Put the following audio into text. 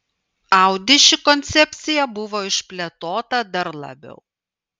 audi ši koncepcija buvo išplėtota dar labiau